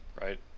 right